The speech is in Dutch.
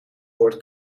hoort